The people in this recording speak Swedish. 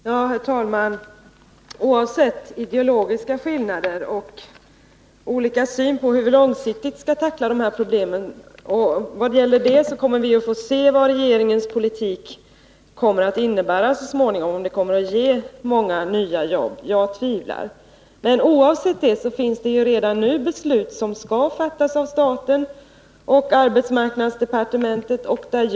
Herr talman! Oavsett ideologiska skillnader och olika syn på hur vi långsiktigt skall tackla de här problemen — vi får så småningom se vad regeringens politik kommer att innebära, om den kommer att ge många nya jobb, vilket jag tvivlar på — finns det redan nu sådant som regeringen och arbetsmarknadsdepartementet skulle kunna fatta beslut om.